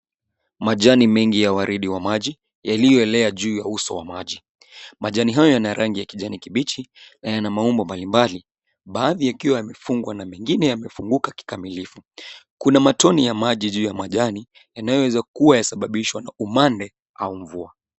Majani mengi ya waridi wa maji yaliyoelea juu ya uso wa maji. Majani hayo yana rangi ya kijani kibichi na yana maumbo mbali mbali baadhi yakiwa yamefungwa na mengine yamefunguka kikamilifu. Kuna matone ya maji juu ya majani yanayoweza kuwa yalisababishwa na umande au mvua.